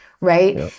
right